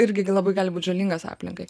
irgi labai gali būti žalingas aplinkai